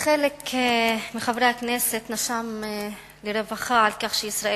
חלק מחברי הכנסת נשם לרווחה על כך שישראל